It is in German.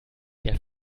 der